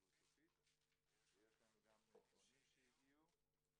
יש לנו גם פונים שהגיעו,